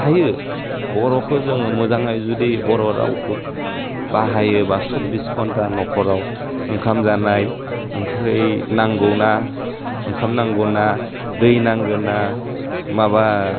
हायो बर'खौ जोङो मोजाङै जुदि बर' रावखौ बाहायोबा सब्बिस घन्ता नख'राव ओंखाम जानाय ओंख्रै नांगौना ओंखाम नांगौना दै नागोना माबा